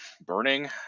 burning